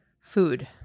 Food